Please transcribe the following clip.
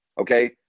Okay